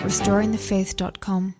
RestoringTheFaith.com